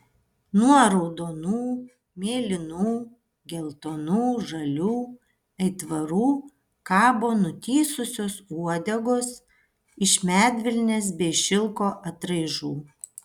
nuo raudonų mėlynų geltonų žalių aitvarų kabo nutįsusios uodegos iš medvilnės bei šilko atraižų